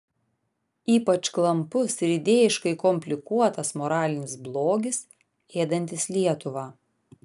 ypač klampus ir idėjiškai komplikuotas moralinis blogis ėdantis lietuvą